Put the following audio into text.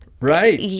Right